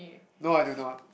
no I do not